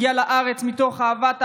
הגיעה לארץ מתוך אהבת הארץ,